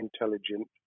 intelligent